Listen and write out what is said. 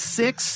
six